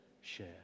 share